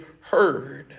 heard